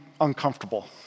uncomfortable